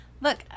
look